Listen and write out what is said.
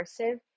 immersive